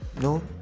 no